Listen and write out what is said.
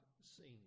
seen